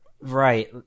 Right